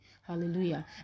hallelujah